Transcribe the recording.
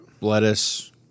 Lettuce